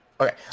okay